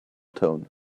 tone